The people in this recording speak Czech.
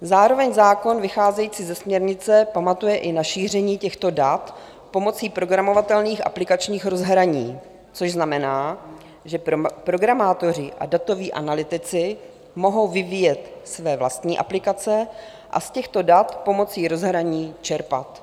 Zároveň zákon vycházející ze směrnice pamatuje i na šíření těchto dat pomocí programovatelných aplikačních rozhraní, což znamená, že programátoři a datoví analytici mohou vyvíjet své vlastní aplikace a z těchto dat pomocí rozhraní čerpat.